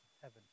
heaven